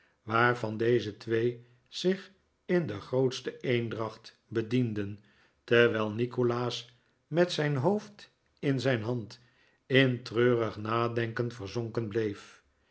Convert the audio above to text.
waarvan deze twee zich in de grootste eendracht bedienden terwijl nikolaas met zijn hoof d in zijn hand in treurig nadenken verzonken bleef